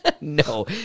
No